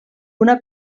una